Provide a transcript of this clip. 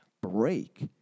break